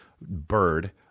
bird